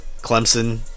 Clemson